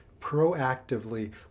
proactively